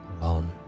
alone